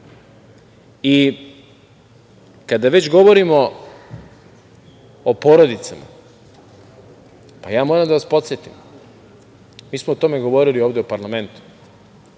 već govorimo o porodicama, pa ja moram da vas podsetim, mi smo o tome govorili ovde u parlamentu